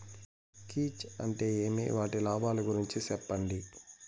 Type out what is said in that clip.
కీచ్ అంటే ఏమి? వాటి లాభాలు గురించి సెప్పండి?